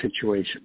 situation